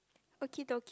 walkie talkie